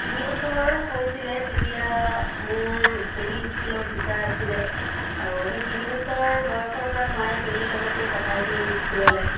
তিনি বছৰ হৈছিলে তেতিয়া মোৰ পেহী স্কুলৰ টিচাৰ আছিলে আৰু সেই তিনি বছৰ বয়সৰ পৰা মায়ে পেহীৰ লগতে পঠাই দিয়ে স্কুললৈ